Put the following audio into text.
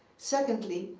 secondly,